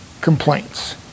complaints